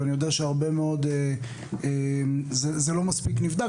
ואני יודע שזה לא מספיק נבדק,